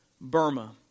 Burma